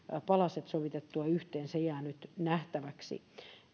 palaset sovitettua yhteen se jää nyt nähtäväksi